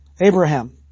Abraham